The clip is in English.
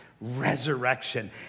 resurrection